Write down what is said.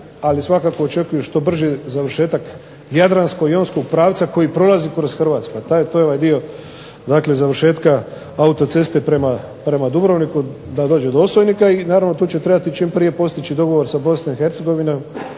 ali svakako očekuju što brži završetak jadransko-jonskog pravca koji prolazi kroz Hrvatsku, a to je ovaj dio dakle završetka autoceste prema Dubrovniku da dođe do …/Govornik se ne razumije./… i naravno tu će trebati čim prije postići dogovor sa